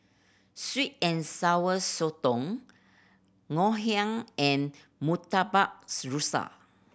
sweet and Sour Sotong Ngoh Hiang and murtabak rusa